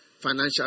financial